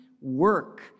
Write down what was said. work